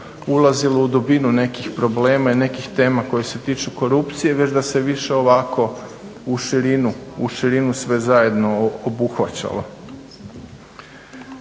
ulazilo u dubinu nekih problema i nekih tema koje se tiču korupcije već da se više ovako u širinu sve zajedno obuhvaćalo.